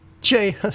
Jay